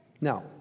Now